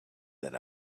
that